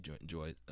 enjoy